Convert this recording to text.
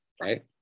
right